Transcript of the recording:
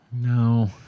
no